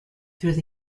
through